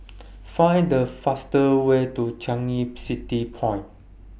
Find The fastest Way to Changi City Point